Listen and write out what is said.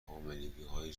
حاملگیهای